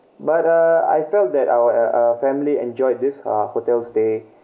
but uh I felt that our uh uh family enjoyed this uh hotel stay